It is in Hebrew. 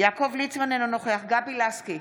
יעקב ליצמן, אינו נוכח גבי לסקי,